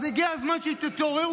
אז הגיע הזמן שתתעוררו,